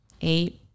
Eight